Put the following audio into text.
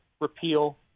repeal